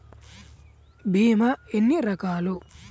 భీమ ఎన్ని రకాలు?